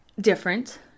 Different